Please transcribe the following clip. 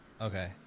Okay